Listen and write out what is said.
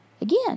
again